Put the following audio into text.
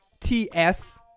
TS